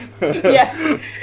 Yes